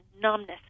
numbness